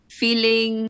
feeling